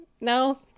no